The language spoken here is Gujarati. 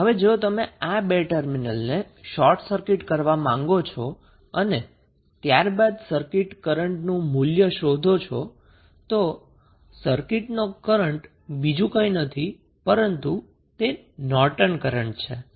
હવે જો તમે આ 2 ટર્મિનલને શોર્ટ સર્કિટ કરવા માંગો છો અને ત્યારબાદ સર્કિટ કરન્ટનું મૂલ્ય શોધો છો તો સર્કિટ નો કરન્ટ બીજુ કંઈ નથી પરંતુ તે નોર્ટન કરન્ટ છે